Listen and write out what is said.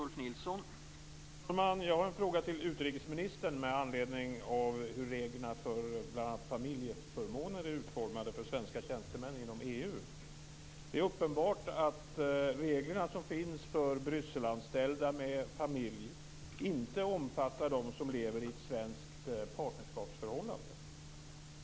Herr talman! Jag har en fråga till utrikesministern med anledning av hur reglerna för bl.a. familjeförmåner är utformade för svenska tjänstemän inom EU. Det är uppenbart att de regler som finns för Brysselanställda med familj inte omfattar dem som lever i ett svenskt partnerskapsförhållande.